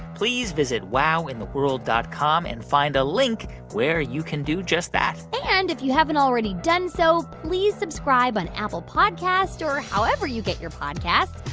please visit wowintheworld dot com and find a link where you can do just that and if you haven't already done so, please subscribe on apple podcasts or however you get your podcasts.